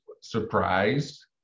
surprised